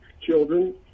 children